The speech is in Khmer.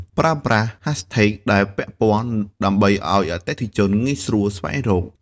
ប្រើប្រាស់ ហាសថេក ដែលពាក់ព័ន្ធ ដើម្បីឱ្យអតិថិជនងាយស្រួលស្វែងរក។